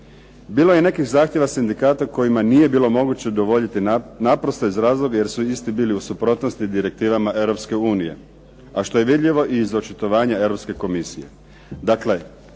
Bilo je i nekih zahtjeva sindikata kojima nije bilo moguće dovoditi naprosto iz razloga jer su isti bili u suprotnosti direktivama Europske unije, a što je vidljivo i iz očitovanja Europske Komisije. Dakle,